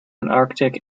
arctic